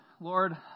Lord